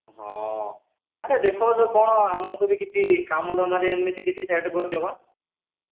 ହଁ ଆରେ ଦେଖଉଛ କ'ଣ ଆମକୁ ବି କିଛି କାମ ଧନ୍ଦାରେ ଏମିତି କିଛି ସେଟ୍ କରିଦିଅବା